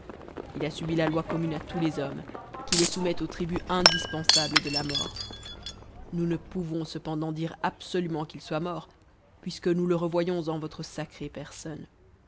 il a subi la loi commune à tous les hommes qui les soumet au tribut indispensable de la mort nous ne pouvons cependant dire absolument qu'it soit mort puisque nous le revoyons en votre sacrée personne